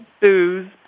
booze